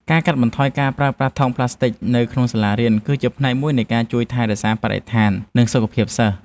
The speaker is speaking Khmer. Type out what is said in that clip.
ការកាត់បន្ថយការប្រើប្រាស់ថង់ប្លាស្ទិកនៅក្នុងសាលារៀន គឺជាផ្នែកមួយនៃការជួយថែរក្សាបរិស្ថាននិងសុខភាពសិស្ស។